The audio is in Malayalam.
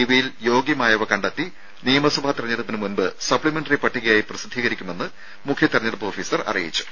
ഇവയിൽ യോഗ്യമായവ കണ്ടെത്തി നിയമസഭാ തെരഞ്ഞെടുപ്പിന് മുമ്പ് സപ്പിമെന്ററി പട്ടികയായി പ്രസിദ്ധീകരിക്കുമെന്നും മുഖ്യ തെരഞ്ഞെടുപ്പ് ഓഫീസർ അറിയിച്ചു